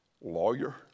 lawyer